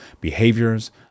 behaviors